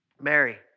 Mary